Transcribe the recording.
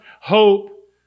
hope